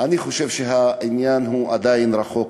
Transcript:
אני חושב שזה עדיין רחוק.